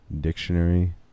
dictionary